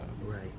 right